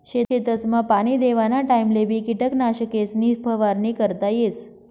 शेतसमा पाणी देवाना टाइमलेबी किटकनाशकेसनी फवारणी करता येस